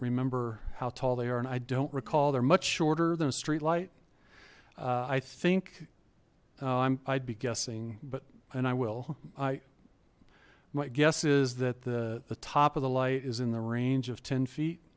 remember how tall they are and i don't recall they're much shorter than a streetlight i think i might be guessing but and i will i might guess is that the the top of the light is in the range of ten feet